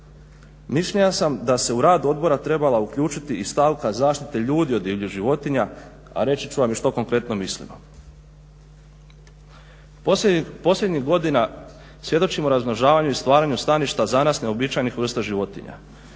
Mišljenja sam da se u rad odbora trebala uključiti i stavka zaštite ljudi od divljih životinja, a reći ću vam i što konkretno mislimo. Posljednjih godina svjedočimo razmnožavanju i stvaranju staništa za nas neuobičajenih vrsta životinja.